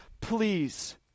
please